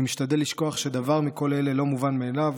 אני משתדל שלא לשכוח שדבר מכל אלה לא מובן מאליו,